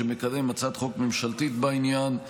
שמקדם הצעת חוק ממשלתית בעניין,